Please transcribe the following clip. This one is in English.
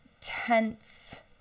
tense